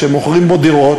כשמוכרים דירות